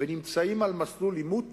ונמצאים על מסלול עימות